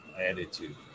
attitude